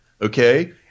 Okay